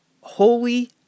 Holy